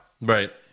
right